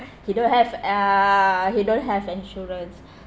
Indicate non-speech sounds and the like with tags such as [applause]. he don't have uh he don't have insurance [breath]